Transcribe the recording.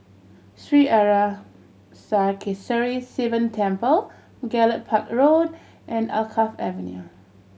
Sri Arasakesari Sivan Temple Gallop Park Road and Alkaff Avenue